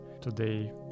today